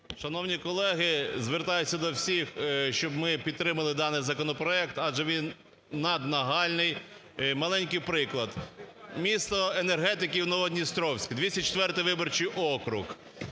Шановні колеги, звертаюсь до всіх, щоб ми підтримали даний законопроект, адже він наднагальний. Маленький приклад: місто енергетиків Новодністровськ, 204-й виборчий округ,